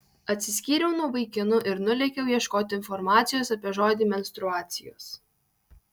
atsiskyriau nuo vaikinų ir nulėkiau ieškoti informacijos apie žodį menstruacijos